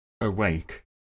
awake